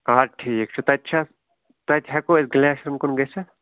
آ ٹھیٖک چھُ تَتہِ چھَ حظ تَتہِ ہٮ۪کوا أسۍ گِلیشرن کُن گٔژھتھ